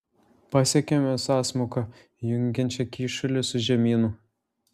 pasiekėme sąsmauką jungiančią kyšulį su žemynu